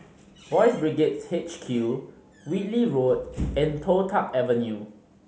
Boys' Brigade H Q Whitley Road and Toh Tuck Avenue